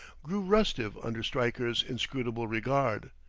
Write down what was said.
grew restive under stryker's inscrutable regard.